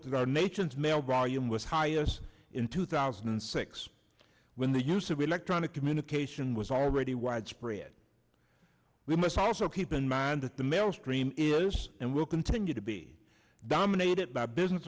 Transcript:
our nation's mail volume was highest in two thousand and six when the use of electronic communication was already widespread we must also keep in mind that the mail stream is and will continue to be dominated by business